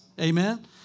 Amen